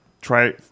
try